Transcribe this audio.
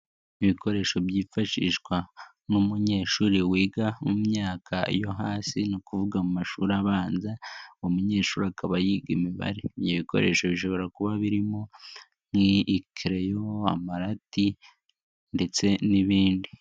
Ibikoresho byifashishwa n'umunyeshuri wiga mu myaka yo hasi. Ni ukuvuga mu mashuri abanza, uwo munyeshuri akaba yiga imibare. Ibyo bikoresho bishobora kuba birimo nki: kereyo, amarati ndetse n'ibindi.